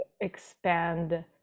expand